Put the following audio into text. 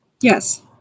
Yes